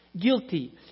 Guilty